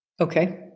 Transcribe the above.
Okay